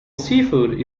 seafood